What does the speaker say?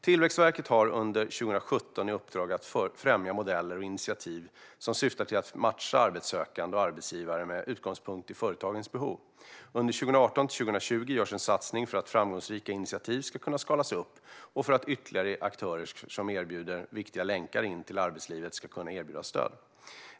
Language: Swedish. Tillväxtverket har under 2017 i uppdrag att främja modeller och initiativ som syftar till att matcha arbetssökande och arbetsgivare med utgångspunkt i företagens behov. Under 2018-2020 görs en satsning för att framgångsrika initiativ ska kunna skalas upp och för att ytterligare aktörer som erbjuder viktiga länkar in till arbetslivet ska kunna erbjudas stöd.